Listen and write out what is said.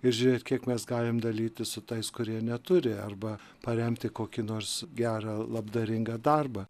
ir žiūrėt kiek mes galim dalytis su tais kurie neturi arba paremti kokį nors gerą labdaringą darbą